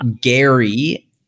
Gary